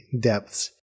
depths